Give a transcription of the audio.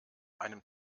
einem